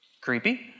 Creepy